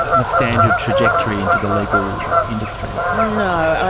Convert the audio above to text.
the standard trajectory into the legal industry. no.